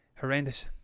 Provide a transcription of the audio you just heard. horrendous